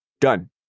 done